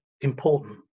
important